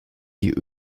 die